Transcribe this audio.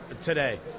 today